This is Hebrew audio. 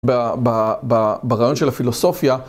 ברעיון של הפילוסופיה.